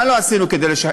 מה לא עשינו כדי לשחרר,